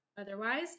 otherwise